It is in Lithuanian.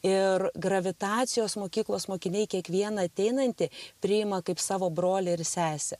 ir gravitacijos mokyklos mokiniai kiekvieną ateinantį priima kaip savo brolį ir sesę